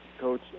Coach